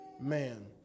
man